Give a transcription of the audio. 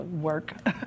work